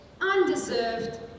undeserved